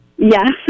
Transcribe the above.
Yes